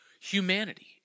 humanity